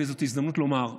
וזאת הזדמנות לומר,